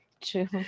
True